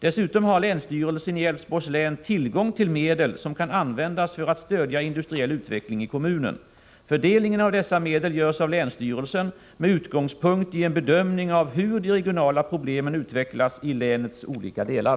Dessutom har länsstyrelsen i Älvsborgs län tillgång till medel som kan användas för att stödja industriell utveckling i kommunen. Fördelningen av dessa medel görs av länsstyrelsen med utgångspunkt i en bedömning av hur de regionala problemen utvecklas i länets olika delar.